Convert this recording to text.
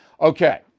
Okay